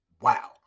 Wow